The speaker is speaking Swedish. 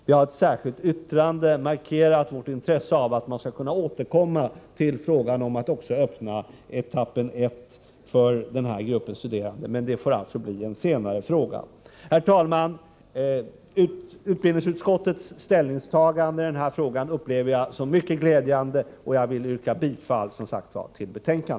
Vi har i ett särskilt yttrande markerat vårt intresse av att man skall kunna återkomma till frågan om att öppna också etapp 1 för denna grupp studerande. Men det blir alltså en senare fråga. Herr talman! Utbildningsutskottets ställningstagande i denna fråga upple ver jag såsom mycket glädjande, och jag yrkar bifall till utskottets hemställan.